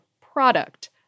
product